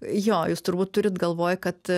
jo jūs turbūt turit galvoj kad